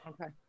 Okay